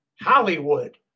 Hollywood